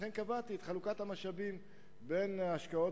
לכן קבעתי את חלוקת המשאבים בין ההשקעות